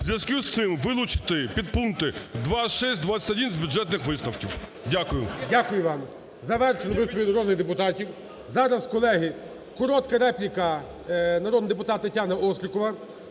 У зв'язку з цим вилучити підпункти 2, 6, 21 з бюджетних висновків. Дякую. ГОЛОВУЮЧИЙ. Дякую вам. Завершили виступи від народних депутатів. Зараз, колеги, коротка репліка народний депутат Тетяна Острікова.